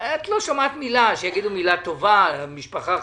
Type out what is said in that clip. לא שומעת שיגידו מילה טובה על משפחה חרדית.